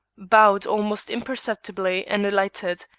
bowed almost imperceptibly, and alighted.